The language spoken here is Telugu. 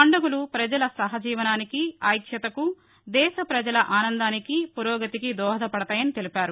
పండుగలు ప్రజల సహజీవనానికి ఐక్యతకు దేశ ప్రజల ఆనందానికి పురోగతికి దోహదపడతాయని తెలిపారు